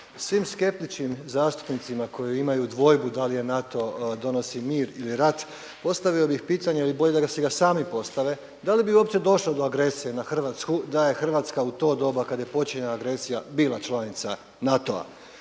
Svim skeptičnim zastupnicima koji imaju dvojbu da li NATO donosi mir ili rat, postavio bi pitanje, ali bolje da si ga sami postave, da li bi uopće došlo do agresije na Hrvatsku da je Hrvatska u to doba kada je počela agresija bila članica NATO-a.